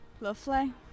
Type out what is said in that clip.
lovely